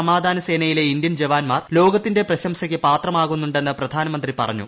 സമാധാന സേനയിലെ ഇന്ത്യൻ ജവാൻമാർ ലോകത്തിന്റെ പ്രശംസക്ക് പാത്രമാകുന്നുണ്ടെന്ന് പ്രധാനമന്ത്രി പറഞ്ഞു